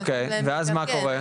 אוקי ואז מה קורה?